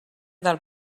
del